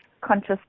Conscious